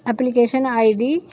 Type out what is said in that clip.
application ID